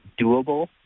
doable